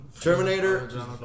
Terminator